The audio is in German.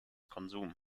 konsum